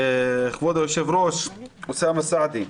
כבוד היושב ראש, אוסאמה סעדי,